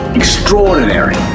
extraordinary